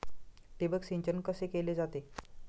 ठिबक सिंचन कसे केले जाते?